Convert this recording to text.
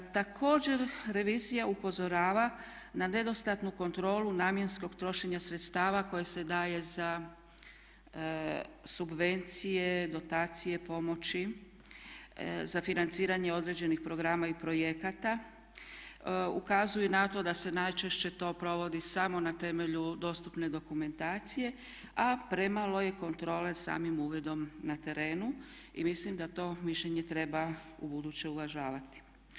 Također, revizija upozorava na nedostatnu kontrolu namjenskog trošenja sredstava koja se daje za subvencije, dotacije, pomoći za financiranje određenih programa i projekata ukazuje na to da se najčešće to provodi samo na temelju dostupne dokumentacije a premalo je kontrole samim uvidom na terenu i mislim da to više ne treba ubuduće uvažavati.